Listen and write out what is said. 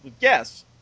Yes